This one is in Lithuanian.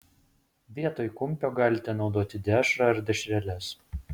vietoj kumpio galite naudoti dešrą ar dešreles